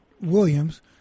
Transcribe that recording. Williams